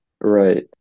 Right